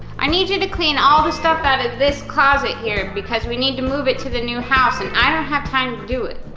i need you to clean all the stuff out of this closet here because we need to move it to the new house, and i don't have time to do it.